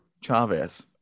Chavez